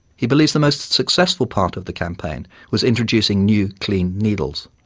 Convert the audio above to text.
he believes the most successful part of the campaign was introducing new clean needles.